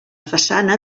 façana